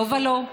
לא ולא.